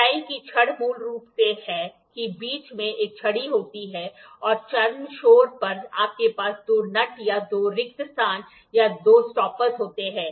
tie की छड़ मूल रूप से हैं कि बीच में एक छड़ी होती है और चरम छोर पर आपके पास दो नट या दो रिक्त स्थान या दो स्टॉपर्स होते हैं